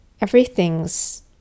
everything's